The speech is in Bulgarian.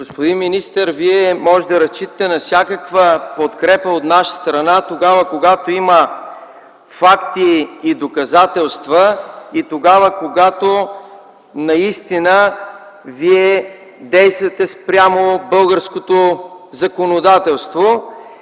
Господин министър, Вие може да разчитате на всякаква подкрепа от наша страна тогава, когато има факти и доказателства и тогава, когато наистина Вие действате спрямо българското законодателство.